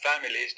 families